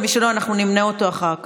מי שלא, אנחנו נמנה אותו אחר כך,